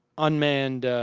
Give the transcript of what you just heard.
unmanned